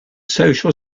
social